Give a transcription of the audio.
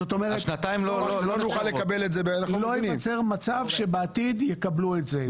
לא ייווצר מצב שבעתיד יקבלו את זה.